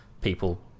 people